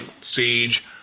Siege